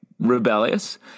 rebellious